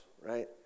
right